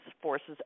Forces